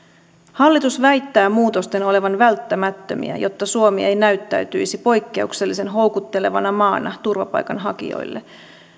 hallitus väittää muutosten olevan välttämättömiä jotta suomi ei näyttäytyisi poikkeuksellisen houkuttelevana maana turvapaikanhakijoille